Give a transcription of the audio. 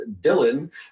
Dylan